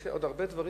יש עוד הרבה דברים.